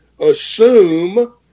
Assume